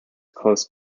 close